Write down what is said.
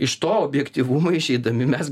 iš to objektyvumo išeidami mes